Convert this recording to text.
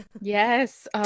Yes